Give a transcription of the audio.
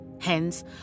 Hence